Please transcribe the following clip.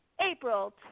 April